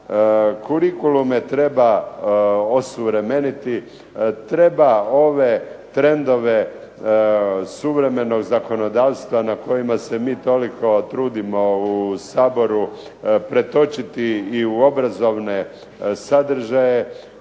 Kurikulume treba osuvremeniti. Treba ove trendove suvremenog zakonodavstva na kojima se mi toliko trudimo u Saboru pretočiti i u obrazovne sadržaje,